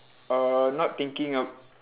err not thinking of